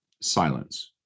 silence